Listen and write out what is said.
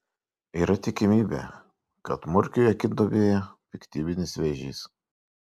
yra tikimybė kad murkiui akiduobėje piktybinis vėžys